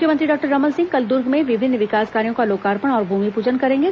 मुख्यमंत्री डाक्टर रमन सिंह कल दुर्ग में विभिन्न विकास कार्यों का लोकार्पण और भूमिपूजन करेंगे